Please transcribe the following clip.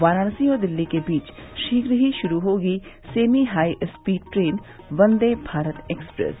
वाराणसी और दिल्ली के बीच शीघ्र ही शुरू होगी semi high speed train Vande Bharat express